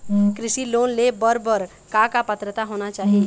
कृषि लोन ले बर बर का का पात्रता होना चाही?